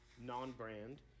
non-brand